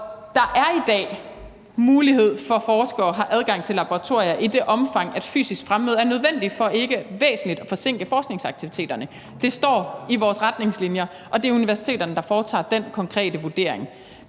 der er i dag mulighed for, at forskere har adgang til laboratorier, i det omfang at fysisk fremmøde er nødvendigt for ikke væsentligt at forsinke forskningsaktiviteterne. Det står i vores retningslinjer, og det er universiteterne, der foretager den konkrete vurdering.